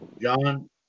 John